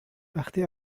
وقتی